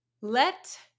Let